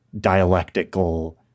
dialectical